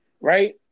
right